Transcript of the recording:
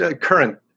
current